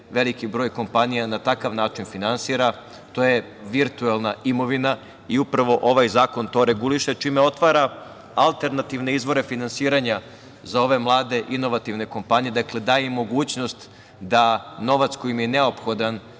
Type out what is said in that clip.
veliki broj kompanija na takav način finansira. To je virtuelna imovina i upravo ovaj zakon to reguliše, čime otvara alternativne izvore finansiranja za ove mlade inovativne kompanije, daje mogućnost da novac koji im je neophodan